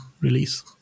release